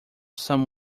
some